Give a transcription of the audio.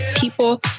people